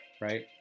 right